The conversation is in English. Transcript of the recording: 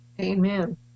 Amen